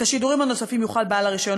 את השידורים הנוספים יוכל בעל הרישיון